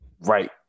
right